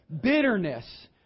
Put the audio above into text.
Bitterness